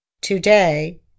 Today